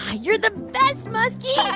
ah you're the best, musky. yeah